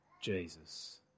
Jesus